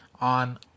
on